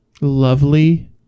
Lovely